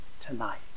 tonight